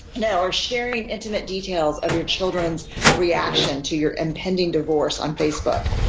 no or sharing intimate details of your children's reaction to your impending divorce on facebook.